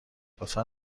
لطفا